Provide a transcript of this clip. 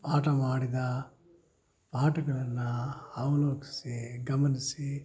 ಪಾಠ ಮಾಡಿದ ಪಾಠಗಳನ್ನಾ ಅವಲೋಕ್ಸಿ ಗಮನಿಸಿ